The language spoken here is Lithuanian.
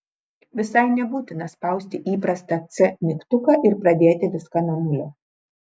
visai nebūtina spausti įprastą c mygtuką ir pradėti viską nuo nulio